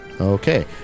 Okay